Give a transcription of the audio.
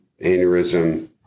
aneurysm